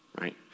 Right